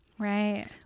Right